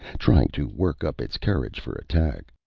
trying to work up its courage for attack.